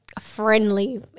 friendly